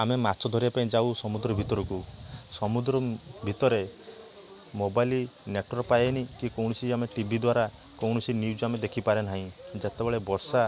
ଆମେ ମାଛ ଧରିବାପାଇଁ ଯାଉ ସମୁଦ୍ର ଭିତରକୁ ସମୁଦ୍ର ଭିତରେ ମୋବାଇଲ୍ ନେଟୱାର୍କ ପାଏନି କି କୌଣସି ଆମେ ଟିଭି ଦ୍ୱାରା କୌଣସି ନିଉଜ୍ ଆମେ ଦେଖିପାରେ ନାହିଁ ଯେତେବେଳେ ବର୍ଷା